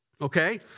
Okay